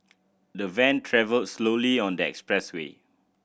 the van travelled slowly on the expressway